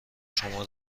شما